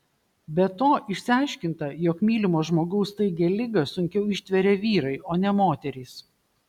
be to išsiaiškinta jog mylimo žmogaus staigią ligą sunkiau ištveria vyrai o ne moterys